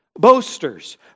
boasters